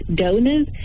donors